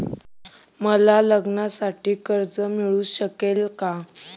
मला लग्नासाठी कर्ज मिळू शकेल का?